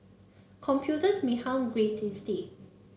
computers may harm grades instead